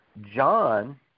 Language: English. John